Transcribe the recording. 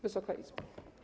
Wysoka Izbo!